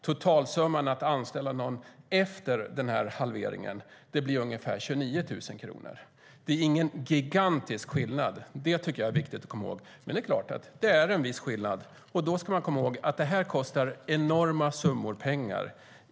Totalsumman för att anställa någon efter halveringen blir ungefär 29 000 kronor. Det är ingen gigantisk skillnad, det tycker jag är viktigt att komma ihåg. Men det är klart, det är en viss skillnad. Men man ska komma ihåg att detta kostar enorma summor pengar.